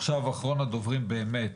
עכשיו אחרון הדוברים באמת,